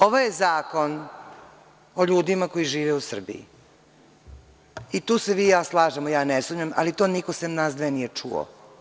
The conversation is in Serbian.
Ovo je zakon o ljudima koji žive u Srbiji, i tu se vi i ja slažemo, ja ne sumnjam, ali to niko sem nas dve nije čuo.